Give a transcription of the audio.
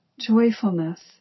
joyfulness